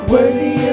Worthy